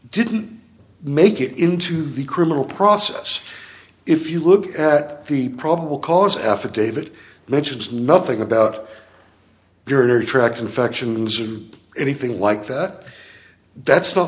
didn't make it into the criminal process if you look at the probable cause affidavit mentions nothing about girder tract infections or anything like that that's not